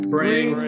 Bring